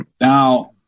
Now